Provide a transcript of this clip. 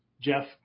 Jeff